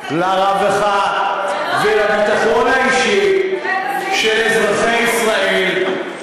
לרווחה ולביטחון האישי של אזרחי ישראל,